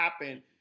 happen